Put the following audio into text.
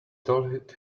told